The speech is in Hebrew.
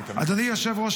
אדוני היושב-ראש,